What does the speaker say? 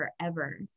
forever